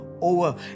over